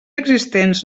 existents